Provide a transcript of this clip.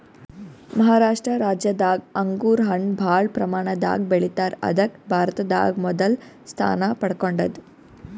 ಮಹಾರಾಷ್ಟ ರಾಜ್ಯದಾಗ್ ಅಂಗೂರ್ ಹಣ್ಣ್ ಭಾಳ್ ಪ್ರಮಾಣದಾಗ್ ಬೆಳಿತಾರ್ ಅದಕ್ಕ್ ಭಾರತದಾಗ್ ಮೊದಲ್ ಸ್ಥಾನ ಪಡ್ಕೊಂಡದ್